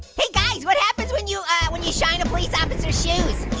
hey, guys, what happens when you when you shine a police officer's shoes?